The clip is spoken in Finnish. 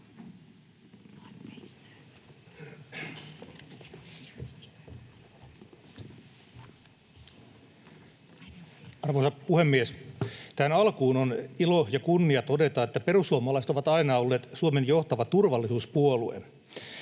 Arvoisa puhemies! Tähän alkuun on ilo ja kunnia todeta, että perussuomalaiset ovat aina olleet Suomen johtava turvallisuuspuolue.